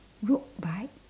road bike